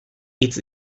hitz